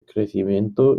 crecimiento